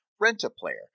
Rent-A-Player